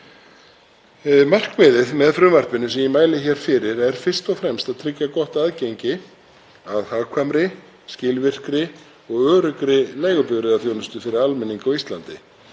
Markmiðið með frumvarpinu sem ég mæli hér fyrir er fyrst og fremst að tryggja gott aðgengi að hagkvæmri, skilvirkri og öruggri leigubifreiðaþjónustu fyrir almenning á Íslandi.